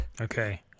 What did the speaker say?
Okay